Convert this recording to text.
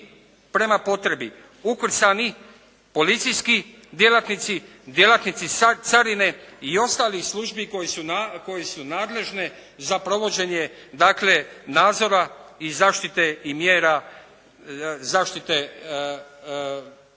prema potrebi ukrcani policijski djelatnici, djelatnici carine i ostalih službi koje su nadležne za provođenje dakle nadzora i zaštite i mjera zaštite Jadranskog